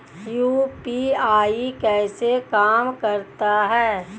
UPI कैसे काम करता है?